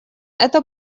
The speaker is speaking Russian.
это